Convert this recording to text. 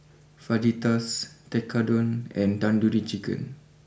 Fajitas Tekkadon and Tandoori Chicken